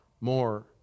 more